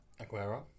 Aguero